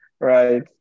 right